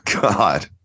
God